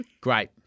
Great